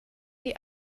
die